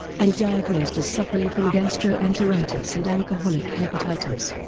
and diagnosed as suffering from gastroenteritis and alcoholic hepatitis.